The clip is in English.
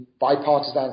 bipartisan